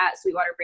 Sweetwater